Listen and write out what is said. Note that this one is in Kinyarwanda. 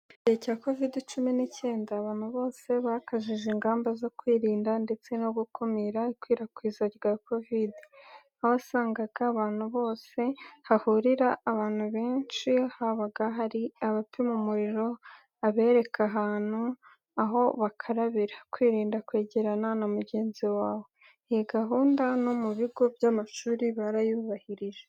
Mu gihe cya kovidi cumi n'icyenda, abantu bose bakajije ingamba zo kwirinda ndetse no gukumira ikwirakwizwa rya kovide, aho wasangaga ahantu hose hahurira abantu benshi habaga hari abapima umuriro, abereka ahantu aho bakarabira, kwirinda kwegerana na mugenzi wawe. Iyi gahunda kandi no mu bigo by'amashuri barayubahirije.